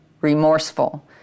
remorseful